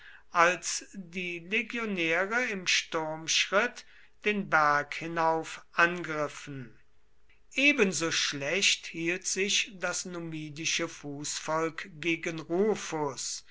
als die legionäre im sturmschritt den berg hinauf angriffen ebenso schlecht hielt sich das numidische fußvolk gegen rufus